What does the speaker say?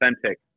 authentic